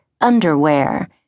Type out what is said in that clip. underwear